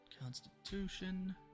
Constitution